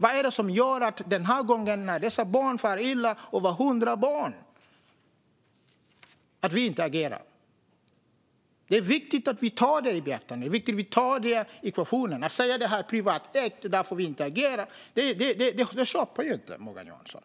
Vad är det som gör att vi inte agerar nu? Det handlar om över hundra barn. Det är viktigt att ta detta i beaktande. Att säga att detta är privatägt och därför agerar vi inte - jag köper inte det, Morgan Johansson.